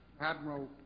Admiral